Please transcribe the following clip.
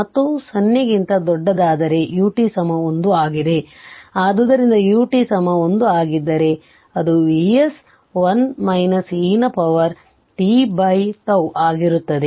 ಮತ್ತು 0 ಕ್ಕಿಂತ ದೊಡ್ಡದಾದರೆ ut 1 ಆಗಿದೆ ಆದ್ದರಿಂದ ut 1 ಆಗಿದ್ದರೆ ಅದು Vs 1 e ನ ಪವರ್ t be ಆಗಿರುತ್ತದೆ